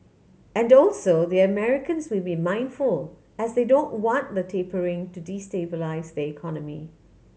and also the Americans will be mindful as they don't want the tapering to destabilise their economy